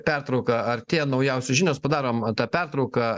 pertrauka artėja naujausios žinios padarom tą pertrauką